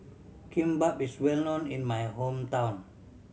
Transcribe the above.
kimbap is well known in my hometown